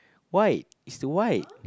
why is the white